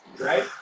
right